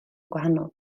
gwahanol